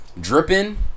dripping